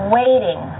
waiting